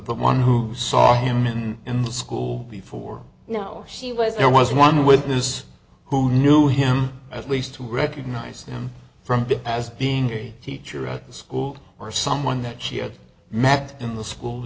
the one who saw him in the school before you know she was there was one witness who knew him at least who recognized him from as being a teacher at the school or someone that she had met in the school